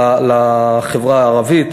לחברה הערבית,